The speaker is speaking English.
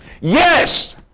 Yes